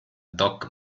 doc